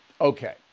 Okay